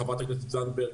חברת הכנסת זנדברג,